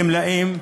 גמלאים,